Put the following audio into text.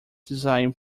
design